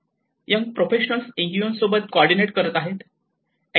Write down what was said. young professionals NGO सोबत coordinate करत आहेत